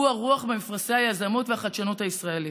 הוא הרוח במפרשי היזמות והחדשנות הישראלית.